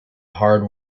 hard